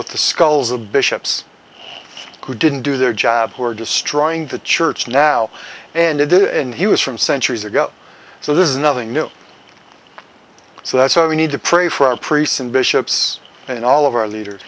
with the skulls of bishops who didn't do their job who are destroying the church now and in the end he was from centuries ago so this is nothing new so that's why we need to pray for our priests and bishops and all of our leaders